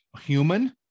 human